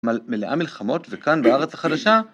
מלאה מלחמות וכאן בארץ החדשה